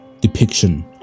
depiction